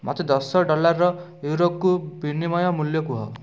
ମୋତେ ଦଶ ଡଲାରର ୟୁରୋକୁ ବିନିମୟ ମୂଲ୍ୟ କୁହ